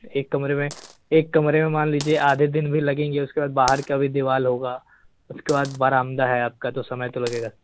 एक कमरे में एक कमरे में मान लीजिए आधे दिन भी लगेंगे और उसके बाद बाहर का भी दीवाल होगा उसके बरामदा है आपका तो समय तो लगेगा